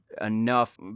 enough